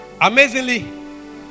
Amazingly